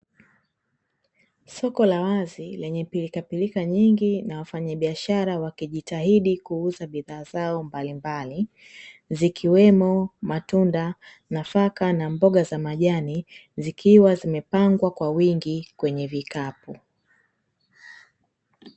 Soko la wazi lenye pirikapirika nyingi na wafanyabiashara wakijitahidi kuuza bidhaa zao mbalimbali zikiwemo matunda, nafaka na mboga za majani zikiwa zimepangwa kwa wingi kwenye vikapu.